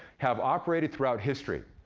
have operated throughout history.